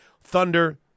Thunder